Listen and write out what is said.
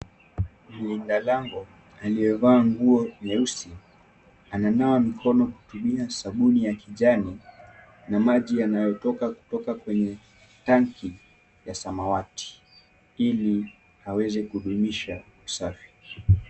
Mlindalango aliyevaa nguo nyeusi, ananawa mikono kutumia sabuni ya kijani na maji yanayotoka kutoka kwenye tanki ya samawati, ili aweze kudumisha usafi.